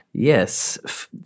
Yes